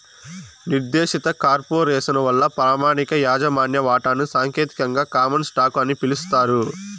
నిర్దేశిత కార్పొరేసను వల్ల ప్రామాణిక యాజమాన్య వాటాని సాంకేతికంగా కామన్ స్టాకు అని పిలుస్తారు